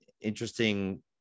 interesting